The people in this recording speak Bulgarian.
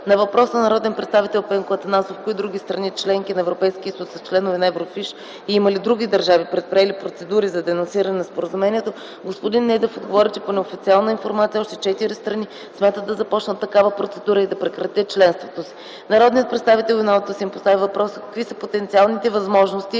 На въпрос на народния представител Пенко Атанасов, кои други страни – членки на Европейския съюз, са членове на Еврофиш и има ли други държави, предприели процедура по денонсиране на споразумението, господин Недев отговори, че по неофициална информация още четири страни смятат да започнат такава процедура и да прекратят членството си. Народният представител Юнал Тасим постави въпроса какви са потенциалните възможности,